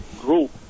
group